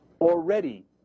already